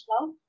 love